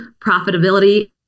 profitability